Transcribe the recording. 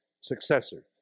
successor